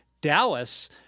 dallas